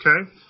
Okay